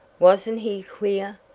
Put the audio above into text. wasn't he queer?